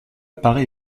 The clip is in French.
paraît